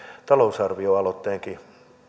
talousarvioaloitteenkin